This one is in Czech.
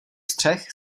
střech